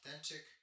authentic